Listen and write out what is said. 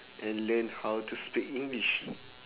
and learn how to speak english